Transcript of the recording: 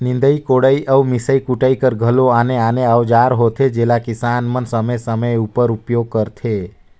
निदई कोड़ई अउ मिसई कुटई कर घलो आने आने अउजार होथे जेला किसान मन समे समे उपर उपियोग करथे